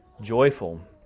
joyful